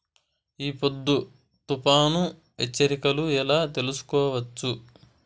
ఈ పొద్దు తుఫాను హెచ్చరికలు ఎలా తెలుసుకోవచ్చు?